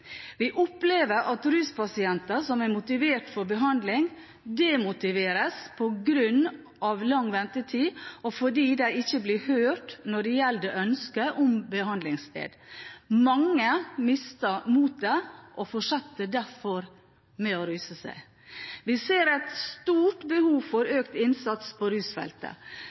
Vi opplever at ruspasienter som er motivert for behandling, demotiveres på grunn av lang ventetid, og fordi de ikke blir hørt når det gjelder ønske om behandlingssted. Mange mister motet og fortsetter derfor å ruse seg. Vi ser et stort behov for økt innsats på rusfeltet.